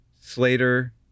Slater